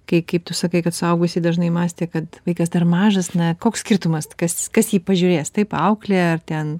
kai kaip tu sakai kad suaugusieji dažnai mąstė kad vaikas dar mažas na koks skirtumas kas kas jį pažiūrės taip auklė ar ten